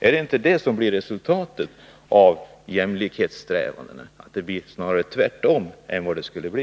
Är det inte det som blir resultatet av jämlikhetssträvandena — att läget snarare blir tvärtemot vad det borde bli?